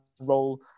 role